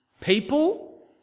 People